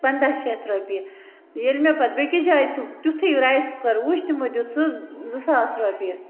پنٛداہ شَتھ رۄپیہِ ییٚلہِ مےٚ پَتہٕ بیٚکِس جایہِ سُہ تیُتھُے رایِس کُکَر وُچھ تِمو دیُت سُہ زٕ ساس رۄپیہِ